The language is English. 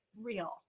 real